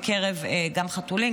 גם של חתולים,